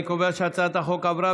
אני קובע שהצעת החוק עברה,